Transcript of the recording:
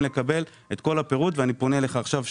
לקבל את כל הפירוט ואני פונה אליך עכשיו שוב,